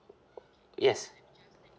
yes